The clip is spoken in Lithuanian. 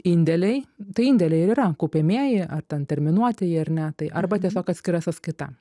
indėliai tai indėliai ir yra kaupiamieji ar ten terminuotieji ar ne tai arba tiesiog atskira sąskaita